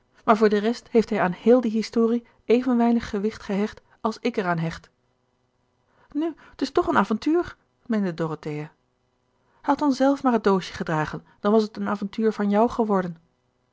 voor de rest heeft hij aan heel die historie even weinig gewicht gehecht als ik er aan hecht gerard keller het testament van mevrouw de tonnette nu t is toch een avontuur meende dorothea had dan zelf maar het doosje gedragen dan was het een avontuur van jou geworden